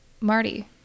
Marty